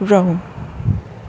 Rome